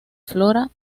flora